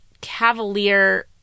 cavalier